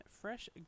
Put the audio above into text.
fresh